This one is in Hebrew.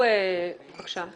אני